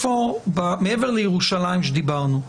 מעבר לירושלים עליה דיברנו,